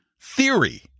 theory